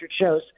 shows